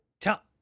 Tell